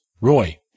Roy